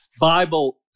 Bible